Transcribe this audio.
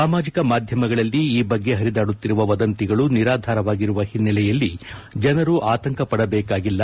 ಸಾಮಾಜಕ ಮಾಧ್ಯಮಗಳಲ್ಲಿ ಈ ಬಗ್ಗೆ ಪರಿದಾಡುತ್ತಿರುವ ವದಂತಿಗಳು ನಿರಾಧಾರವಾಗಿರುವ ಹಿನ್ನೆಲೆಯಲ್ಲಿ ಜನರು ಆತಂಕ ಪಡಬೇಕಾಗಿಲ್ಲ